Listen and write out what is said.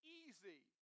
easy